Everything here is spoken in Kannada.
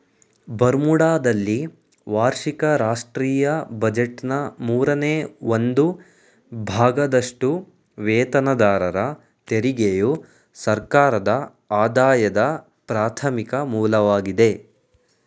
ಬರ್ಮುಡಾದಲ್ಲಿ ವಾರ್ಷಿಕ ರಾಷ್ಟ್ರೀಯ ಬಜೆಟ್ನ ಮೂರನೇ ಒಂದು ಭಾಗದಷ್ಟುವೇತನದಾರರ ತೆರಿಗೆಯು ಸರ್ಕಾರದಆದಾಯದ ಪ್ರಾಥಮಿಕ ಮೂಲವಾಗಿದೆ